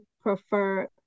prefer